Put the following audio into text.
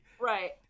Right